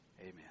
amen